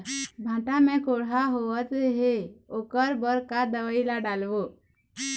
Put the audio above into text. भांटा मे कड़हा होअत हे ओकर बर का दवई ला डालबो?